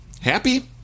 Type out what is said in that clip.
happy